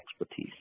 expertise